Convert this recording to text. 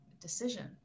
decision